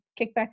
kickback